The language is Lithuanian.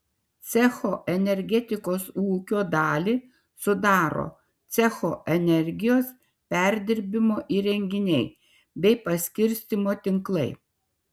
cecho energetikos ūkio dalį sudaro cecho energijos perdirbimo įrenginiai bei paskirstymo tinklai